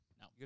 no